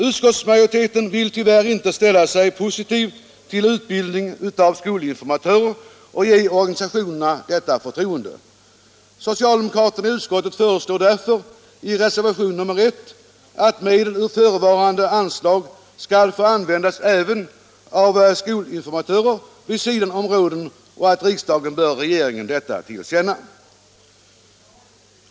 Utskottsmajoriteten vill tyvärr inte ställa sig positiv till utbildning av skolinformatörer och ge organisationerna detta förtroende. Socialdemokraterna i utskottet föreslår därför i reservationen 1 att medel ur förevarande anslag skall få användas även av skolinformatörer vid sidan om råden och att riksdagen ger regeringen detta till känna.